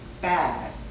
bad